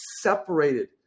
separated